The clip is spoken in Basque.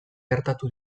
gertatu